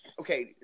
okay